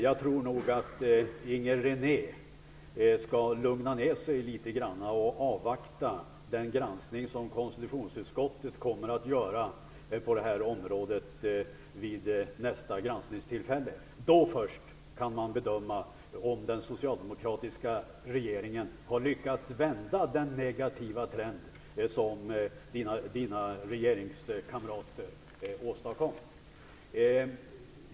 Jag tycker nog att Inger René skall lugna ner sig litet grand och avvakta den granskning som konstitutionsutskottet kommer att göra på detta område vid nästa granskningstillfälle. Då först kan man bedöma om den socialdemokratiska regeringen har lyckats vända den negativa trend som Inger Renés kamrater i den borgerliga regeringen åstadkom.